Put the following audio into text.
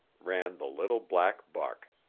ran the little black buck.